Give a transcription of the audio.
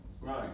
Right